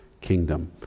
kingdom